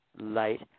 light